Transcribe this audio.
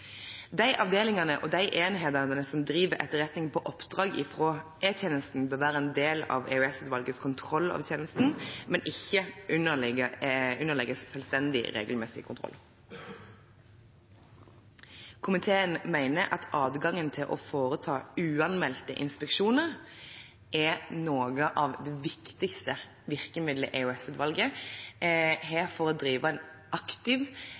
De avdelingene og enhetene som driver med etterretning på oppdrag fra E-tjenesten, bør være en del av EOS-utvalgets kontroll av tjenesten, men ikke underlegges selvstendig regelmessig kontroll. Komiteen mener at adgangen til å foreta uanmeldte inspeksjoner er et av de viktigste virkemidlene EOS-utvalget har for å drive en aktiv